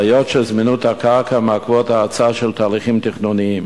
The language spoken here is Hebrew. בעיות של זמינות הקרקע מעכבות הקצאה והליכים תכנוניים.